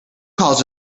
calls